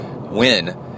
win